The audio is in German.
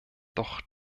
doch